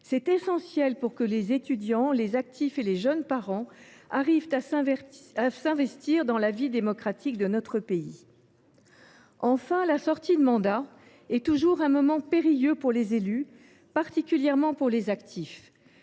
épanouie et que les étudiants, les actifs et les jeunes parents aient la possibilité de s’investir dans la vie démocratique de notre pays. Enfin, la sortie de mandat est toujours un moment périlleux pour les élus, particulièrement pour les actifs.